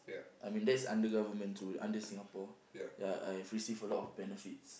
I mean that's under government's rule under Singapore ya I have receive a lot of benefits